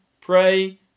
pray